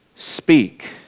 speak